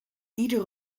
iedere